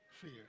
fear